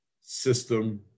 system